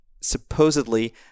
supposedly